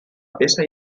peça